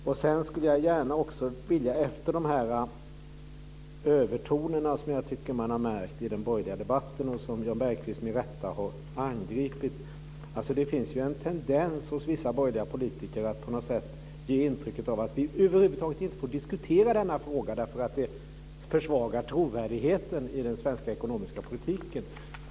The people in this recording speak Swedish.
Jag tycker att man har märkt övertoner i den borgerliga debatten, som Jan Bergqvist med rätta har angripit. Det finns en tendens hos vissa borgerliga politiker att på något sätt ge intryck av att vi över huvud taget inte får diskutera denna fråga därför att det försvagar trovärdigheten i den svenska ekonomiska politiken.